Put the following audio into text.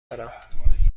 دارم